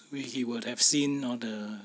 where he would have seen all the